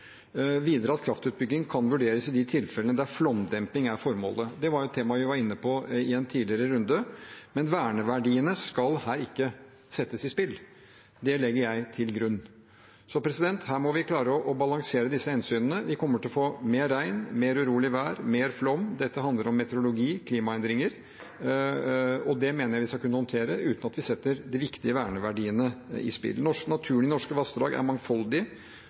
videre at kraftutbygging kan vurderes i de tilfellene der flomdemping er formålet. Det var et tema vi var inne på i en tidligere runde. Men verneverdiene skal her ikke settes på spill, det legger jeg til grunn. Her må vi klare å balansere disse hensynene. Vi kommer til å få mer regn, mer urolig vær, mer flom. Dette handler om meteorologi, klimaendringer. Det mener jeg vi skal kunne håndtere uten at vi setter de viktige verneverdiene på spill. Naturen i norske vassdrag er mangfoldig,